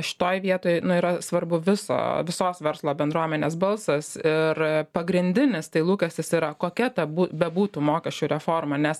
šitoj vietoj nu yra svarbu viso visos verslo bendruomenės balsas ir pagrindinis tai lūkestis yra kokia ta bebūtų mokesčių reforma nes